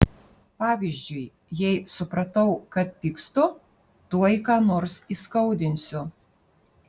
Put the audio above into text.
pavyzdžiui jei supratau kad pykstu tuoj ką nors įskaudinsiu